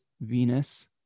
Venus